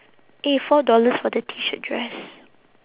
eh four dollars for the T shirt dress